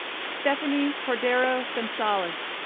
stephanie cordero gonzalez,